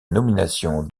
nomination